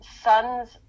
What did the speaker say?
son's